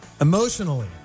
Emotionally